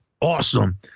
awesome